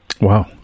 Wow